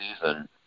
season